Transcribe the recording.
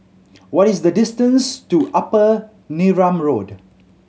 what is the distance to Upper Neram Road